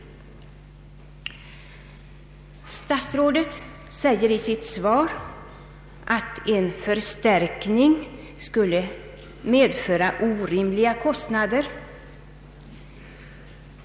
Statsrådet säger i sitt svar, att en förstärkning skulle medföra orimliga kostnader.